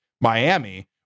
Miami